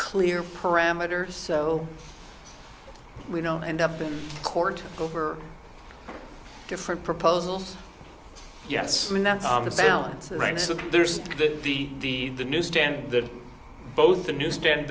clear parameters so we don't end up in court over different proposals yes i mean that's the balance of rights of there's the the the the newsstand the both the new stand